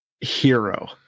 hero